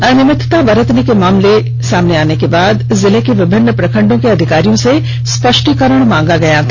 अनियमितता बरतने के मामले सामने आने के बाद जिले के विभिन्न प्रखंडों के अधिकारियों से स्पष्टीकरण मांगा गया था